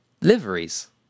Liveries